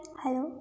hello